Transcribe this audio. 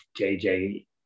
JJ